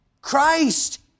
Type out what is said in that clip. Christ